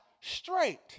straight